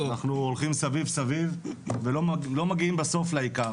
אנחנו הולכים סביב-סביב ולא מגיעים בסוף לעיקר.